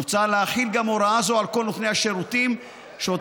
מוצע להחיל גם הוראה זו על כל נותני השירותים שאותם